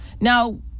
Now